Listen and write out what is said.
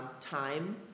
Time